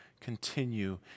continue